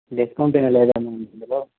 discount ఏమీ లేదా ma'am ఇందులో